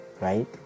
right